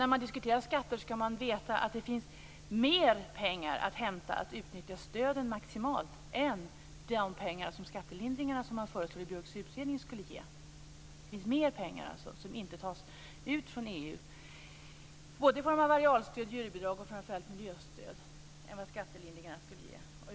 När man diskuterar skatter skall man veta att det finns mer pengar att hämta genom att utnyttja stöden maximalt än vad de skattelindringar som föreslås i Björks utredning skulle ge.